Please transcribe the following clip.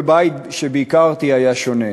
כל בית שביקרתי היה שונה,